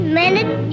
minute